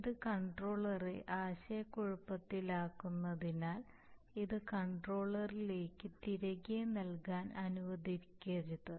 ഇത് കൺട്രോളറെ ആശയക്കുഴപ്പത്തിലാക്കുന്നതിനാൽ ഇത് കൺട്രോളറിലേക്ക് തിരികെ നൽകാൻ അനുവദിക്കരുത്